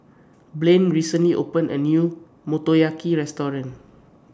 Blane recently opened A New Motoyaki Restaurant